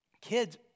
Kids